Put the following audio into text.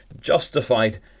justified